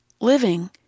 living